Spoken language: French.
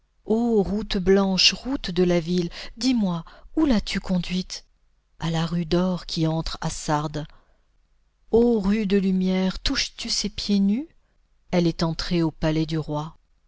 ô route blanche route de la ville dis-moi où l'as-tu conduite à la rue d'or qui entre à sardes ô rue de lumière touches tu ses pieds nus elle est entrée au palais du roi